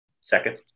Second